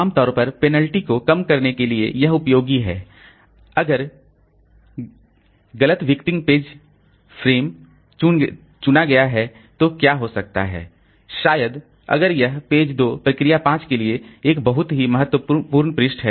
आम तौर पर पेनल्टी को कम करने के लिए यह उपयोगी है अगर गलत विक्टिम पेज गलत विक्टिम फ्रेम चुना गया है तो क्या हो सकता है शायद अगर यह पेज 2 प्रोसेस 5 के लिए एक बहुत ही महत्वपूर्ण पृष्ठ है